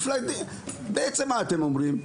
מה אתם אומרים,